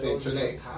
Today